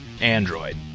Android